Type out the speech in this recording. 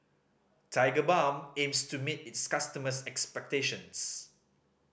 Tigerbalm aims to meet its customers' expectations